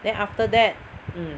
then after that mm